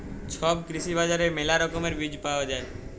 ছব কৃষি বাজারে মেলা রকমের বীজ পায়া যাই